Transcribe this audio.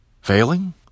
Failing